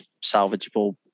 salvageable